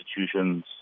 institutions